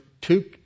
two